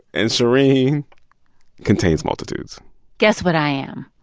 and shereen contains multitudes guess what i am